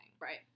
Right